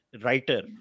writer